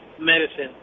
medicine